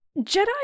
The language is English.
Jedi